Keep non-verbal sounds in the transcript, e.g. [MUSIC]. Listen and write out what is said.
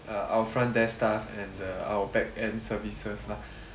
uh our front desk staff and uh our back end services lah [BREATH]